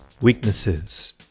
weaknesses